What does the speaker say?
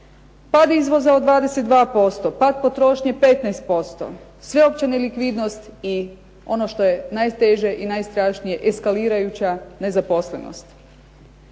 pad izvoza od 22%, pad potrošnje 15%, sveopće nelikvidnost i ono što je najteže i najstrašnije eskalirajuća nezaposlenost.